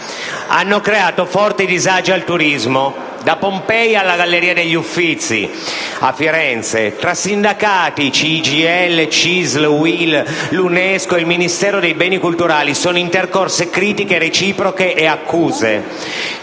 hanno creato forte disagio al turismo: da Pompei alla Galleria degli Uffizi a Firenze. Tra sindacati (CGIL, CISL e UIL), l'UNESCO e il Ministero dei beni culturali sono intercorse critiche reciproche e accuse.